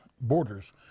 borders